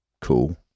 cool